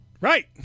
Right